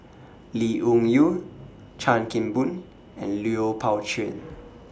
Lee Wung Yew Chan Kim Boon and Lui Pao Chuen